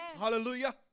Hallelujah